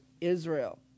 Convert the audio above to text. Israel